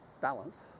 balance